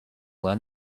learn